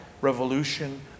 revolution